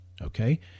okay